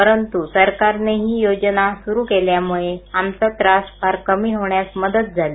परंतु सरकारने ही योजना सुरू केल्यामुळे आमचा त्रास फार कमी होण्यास मदत झाली